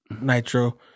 nitro